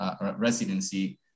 residency